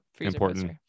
Important